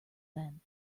then